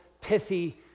pithy